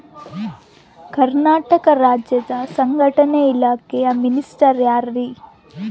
ಕರ್ನಾಟಕ ರಾಜ್ಯದ ಸಂಘಟನೆ ಇಲಾಖೆಯ ಮಿನಿಸ್ಟರ್ ಯಾರ್ರಿ?